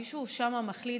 מישהו שם מחליט,